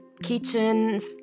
kitchens